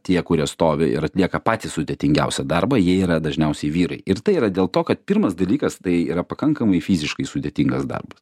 tie kurie stovi ir atlieka patį sudėtingiausią darbą jie yra dažniausiai vyrai ir tai yra dėl to kad pirmas dalykas tai yra pakankamai fiziškai sudėtingas darbas